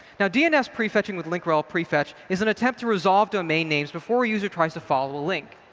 now, dns prefetching with link rel prefetch is an attempt to resolve domain names before a user tries to follow a link.